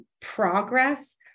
progress